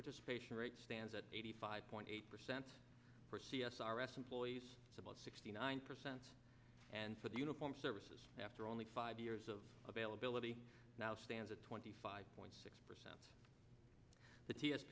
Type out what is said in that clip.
participation rate stands at eighty five point eight percent for c s r s employees about sixty nine percent and for the uniformed services after only five years of availability now stands at twenty five point six percent the t s